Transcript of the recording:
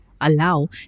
allow